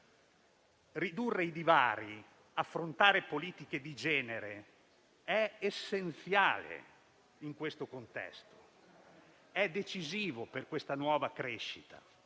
Ridurre i divari e affrontare politiche di genere è essenziale in questo contesto, è decisivo per questa nuova crescita.